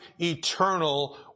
eternal